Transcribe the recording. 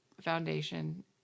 foundation